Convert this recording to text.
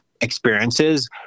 experiences